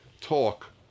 talk